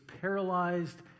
paralyzed